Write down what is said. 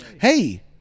hey